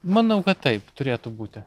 manau kad taip turėtų būti